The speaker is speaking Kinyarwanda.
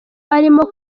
arimo